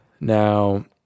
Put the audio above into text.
Now